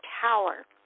tower